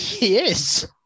Yes